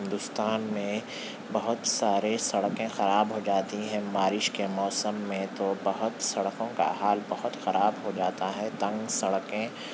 ہندوستان میں بہت سارے سڑکیں خراب ہو جاتی ہیں بارش کے موسم میں تو بہت سڑکوں کا حال بہت خراب ہو جاتا ہے تنگ سڑکیں